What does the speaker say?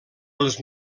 els